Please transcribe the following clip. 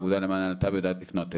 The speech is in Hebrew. האגודה למען הלהט"ב יודעת לפנות אלינו,